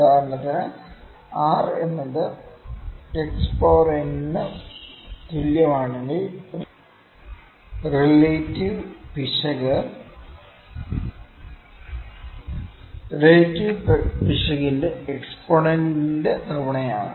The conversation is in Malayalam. ഉദാഹരണത്തിന് r എന്നത് x പവർ n ന് തുല്യമാണെങ്കിൽ റിലേറ്റിവ് പിശക് റിലേറ്റിവ് പിശകിന്റെ എക്സ്പൊണൻറെ തവണയാണ്